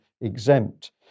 exempt